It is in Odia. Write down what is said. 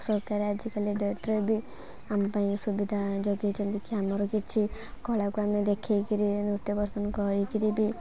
ସରକାର ଆଜିକାଲି ଡେଟ୍ରେ ବି ଆମ ପାଇଁ ସୁବିଧା ଯୋଗାଇଛନ୍ତି କି ଆମର କିଛି କଳାକୁ ଆମେ ଦେଖେଇକରି ନୃତ୍ୟ ପରିବେଷଣ କରିକରି ବି